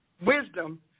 Wisdom